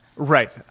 right